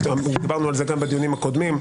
דיברנו על זה גם בדיונים הקודמים.